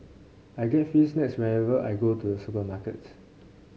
I get free snacks whenever I go to the supermarkets